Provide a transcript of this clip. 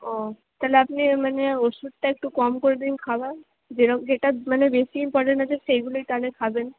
ও তাহলে আপনি মানে ওষুধটা একটু কম করে দিন খাবার যেটা যেটা মানে বেশি ইম্পর্ট্যান্ট আছে সেগুলোই তাহলে খাবেন